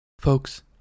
Folks